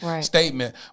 statement